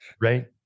right